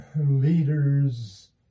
leaders